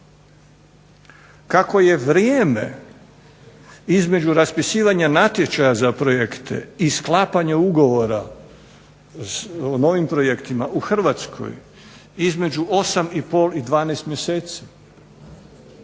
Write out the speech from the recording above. Kako je vrijeme između raspisivanja natječaja za projekte i sklapanja ugovora o novim projektima u Hrvatskoj između 8 i pol i 12 mjeseci